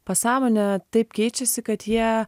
pasąmonė taip keičiasi kad jie